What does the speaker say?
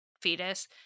fetus